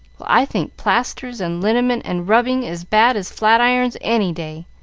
well, i think plasters, and liniment, and rubbing, as bad as flat-irons any day.